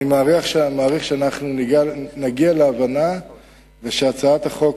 אני מעריך שנגיע להבנה ושהצעת החוק